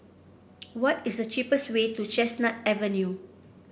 what is the cheapest way to Chestnut Avenue